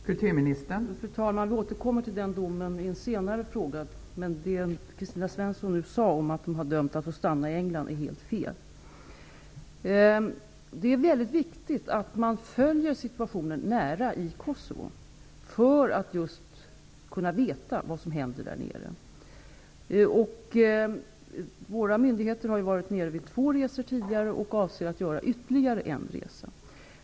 Fru talman! Jag återkommer till den domen i samband med en senare fråga. Men det som Kristina Svensson nu sade om att de har dömts att få stanna i England är helt fel. Det är viktigt att följa situationen nära i Kosovo för att just kunna veta vad som händer där nere. Våra myndigheter har tidigare gjort två resor dit ner och avser att göra ytterligare en resa.